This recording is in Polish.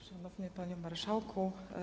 Szanowny Panie Marszałku!